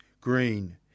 Green